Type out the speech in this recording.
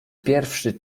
pierwszy